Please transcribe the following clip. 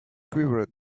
quivered